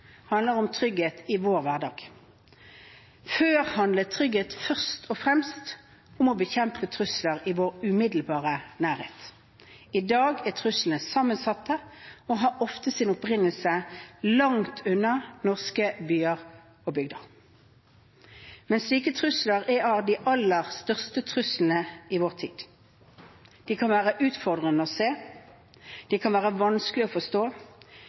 handler om trygghet i vår hverdag. Før handlet trygghet først og fremst om å bekjempe trusler i vår umiddelbare nærhet. I dag er truslene sammensatte og har ofte sin opprinnelse langt unna norske byer og bygder. Men slike trusler er av de aller største truslene i vår tid. De kan være utfordrende å se. De kan være vanskelige å forstå.